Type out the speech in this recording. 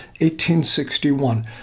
1861